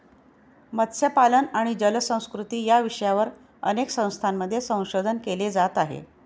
मत्स्यपालन आणि जलसंस्कृती या विषयावर अनेक संस्थांमध्ये संशोधन केले जात आहे